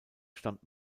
stammt